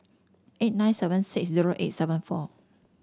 eight nine seven six zero eight seven four